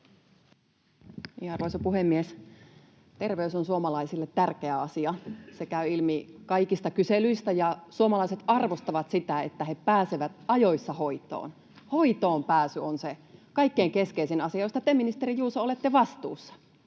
Arvoisa puhemies! Terveys on suomalaisille tärkeä asia. Se käy ilmi kaikista kyselyistä. Suomalaiset arvostavat sitä, että he pääsevät ajoissa hoitoon. Hoitoonpääsy on se kaikkein keskeisin asia, josta te, ministeri Juuso, olette vastuussa.